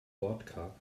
wortkarg